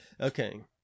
Okay